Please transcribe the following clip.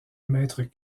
mètres